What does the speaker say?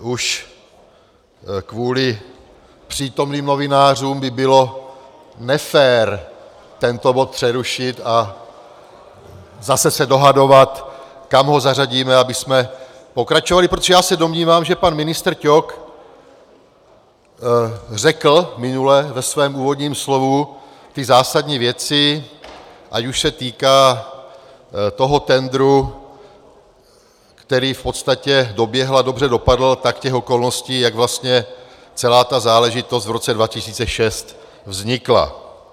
Už kvůli přítomným novinářům by bylo nefér tento bod přerušit a zase se dohadovat, kam ho zařadíme, abychom pokračovali, protože já se domnívám, že pan ministr Ťok řekl minule ve svém úvodním slovu ty zásadní věci, ať už se týká toho tendru, který v podstatě doběhl a dobře dopadl, tak těch okolností, jak vlastně celá ta záležitost v roce 2006 vznikla.